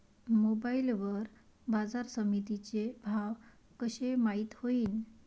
Mobile वर बाजारसमिती चे भाव कशे माईत होईन?